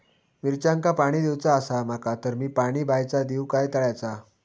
मिरचांका पाणी दिवचा आसा माका तर मी पाणी बायचा दिव काय तळ्याचा?